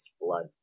blood